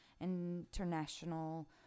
International